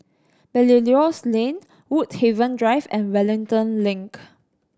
Belilios Lane Woodhaven Drive and Wellington Link